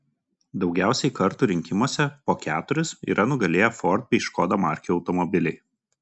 daugiausiai kartų rinkimuose po keturis yra nugalėję ford bei škoda markių automobiliai